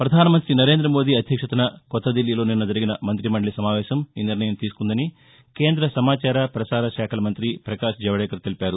ప్రపధాన మంత్రి నరేంద్ర మోదీ అధ్యక్షతన కొత్తదిల్లీలో నిన్న జరిగిన మంతిమండలి సమావేశం ఈ నిర్ణయం తీసుకుందని కేంద సమాచార ప్రసార శాఖల మంతి పకాష్ జవదేకర్ తెలిపారు